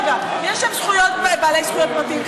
יש שם בעלי זכויות מועטים.